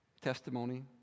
testimony